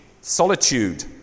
solitude